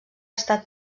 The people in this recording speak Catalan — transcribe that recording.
estat